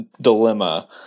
dilemma